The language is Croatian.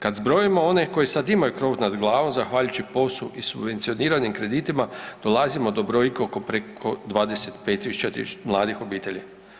Kad zbrojimo one koji sad imaju krov nad glavom zahvaljujući POS-u i subvencioniranim kreditima dolazimo do brojke od preko 25.000 mladih obitelji.